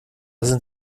sind